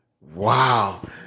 Wow